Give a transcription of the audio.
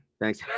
thanks